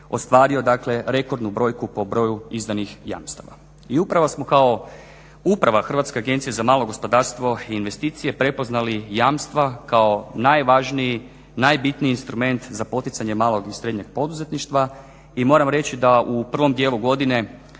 ostvario rekordnu brojku po broju izdanih jamstava. I upravo smo kao Uprava HAMAG-a prepoznali jamstva kao najvažniji, najbitniji instrument za poticanje malog i srednjeg poduzetništva i moram reći da u prvom dijelu godine